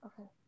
Okay